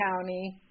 County